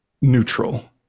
neutral